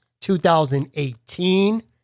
2018